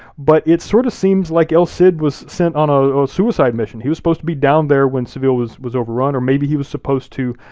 but it sort of seems like el cid was sent on a suicide mission. he was supposed to be down there when seville was was overrun, or maybe he was supposed to